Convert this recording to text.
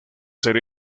ser